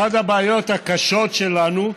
אחת הבעיות הקשות שלנו,